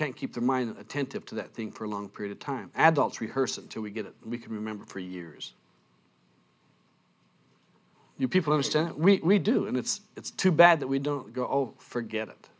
can't keep her mind attentive to that thing for a long period of time adults rehearse until we get it we can remember for years you people understand we do and it's it's too bad that we don't go forget it